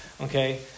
Okay